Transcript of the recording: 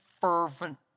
fervent